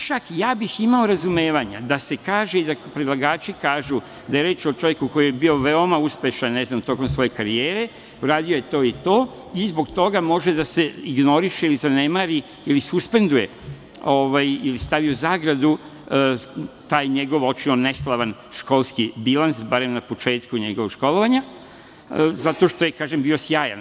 Čak, imao bih razumevanja da se kaže, i da predlagači kažu, da je reč o čoveku koji je bio veoma uspešan, ne znam, tokom svoje karijere, uradio je to i to, i zbog toga može da se ignoriše, ili zanemari, ili suspenduje, ili stavi u zagradu taj njegov očajno neslavan, školski bilans, barem na početku njegovog školovanja, zato što je, kažem, bio sjajan.